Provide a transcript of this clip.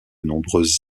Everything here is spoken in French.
nombreuses